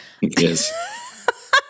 Yes